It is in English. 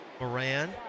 Moran